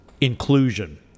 inclusion